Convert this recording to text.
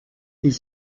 ils